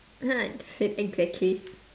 said exactly